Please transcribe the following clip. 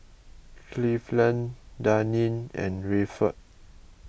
Cleveland Daneen and Rayford